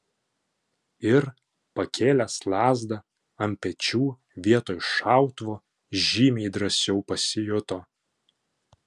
ir pakėlęs lazdą ant pečių vietoj šautuvo žymiai drąsiau pasijuto